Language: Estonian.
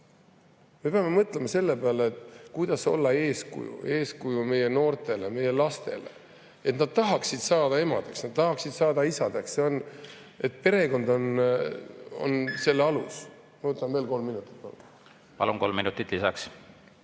Me peame mõtlema selle peale, kuidas olla eeskuju – eeskuju meie noortele, meie lastele, et nad tahaksid saada emadeks, tahaksid saada isadeks. Perekond on selle alus. Ma võtan veel kolm minutit. Palun, kolm minutit lisaks!